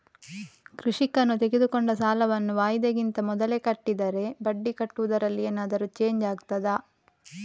ಕೃಷಿಕನು ತೆಗೆದುಕೊಂಡ ಸಾಲವನ್ನು ವಾಯಿದೆಗಿಂತ ಮೊದಲೇ ಕಟ್ಟಿದರೆ ಬಡ್ಡಿ ಕಟ್ಟುವುದರಲ್ಲಿ ಏನಾದರೂ ಚೇಂಜ್ ಆಗ್ತದಾ?